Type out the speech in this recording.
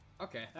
Okay